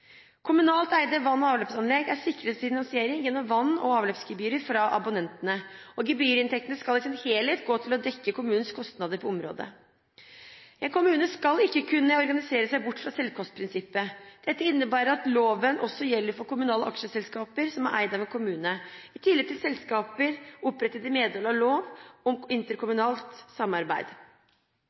Kommunalt eide vann- og avløpsanlegg er sikret finansiering gjennom vann- og avløpsgebyr fra abonnentene. Gebyrinntektene skal i sin helhet gå til å dekke kommunens kostnader på området. En kommune skal ikke kunne organisere seg bort fra selvkostprinsippet. Dette innebærer at loven også gjelder for kommunale aksjeselskaper som er eid av en kommune, i tillegg til selskaper opprettet i medhold av lov om interkommunalt samarbeid.